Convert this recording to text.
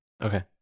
Okay